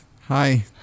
Hi